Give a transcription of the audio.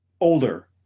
older